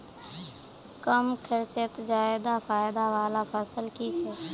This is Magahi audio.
कम खर्चोत ज्यादा फायदा वाला फसल की छे?